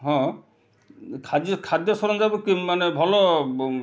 ହଁ ଖାଦ୍ୟ ଖାଦ୍ୟ ସରଞ୍ଜାମ ମାନେ ଭଲ